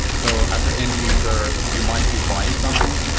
so as an end user, you might be buying something,